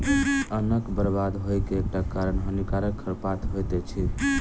अन्नक बर्बाद होइ के एकटा कारण हानिकारक खरपात होइत अछि